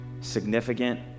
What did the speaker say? significant